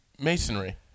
Masonry